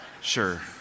sure